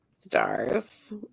stars